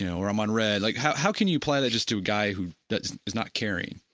yeah or i'm on red, like how how can you apply that just to a guy who that is not caring?